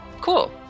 Cool